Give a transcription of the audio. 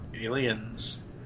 aliens